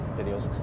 videos